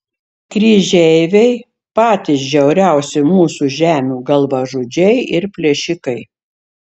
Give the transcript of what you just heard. kryžeiviai patys žiauriausi mūsų žemių galvažudžiai ir plėšikai